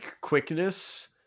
quickness